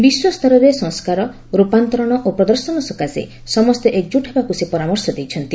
ବିଶ୍ୱ ସ୍ତରରେ ସଂସ୍କାର ରୂପାନ୍ତରଣ ଓ ପ୍ରଦର୍ଶନ ସକାଶେ ସମସ୍ତେ ଏକଜୁଟ ହେବାକୁ ସେ ପରାମର୍ଶ ଦେଇଛନ୍ତି